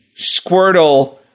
Squirtle